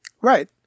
Right